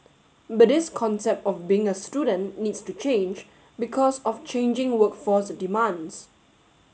but this concept of being a student needs to change because of changing workforce demands